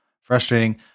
frustrating